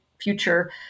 future